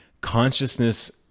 Consciousness